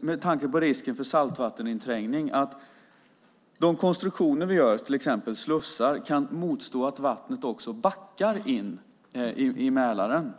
Med tanke på risken för saltvatteninträngning är det viktigt att de konstruktioner vi gör, till exempel slussar, kan stå emot att vattnet backar in i Mälaren.